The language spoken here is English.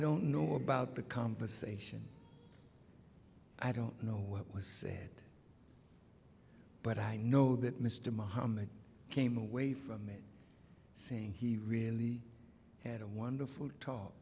don't know about the conversation i don't know what was said but i know that mr muhammad came away from it saying he really had a wonderful talk